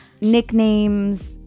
nicknames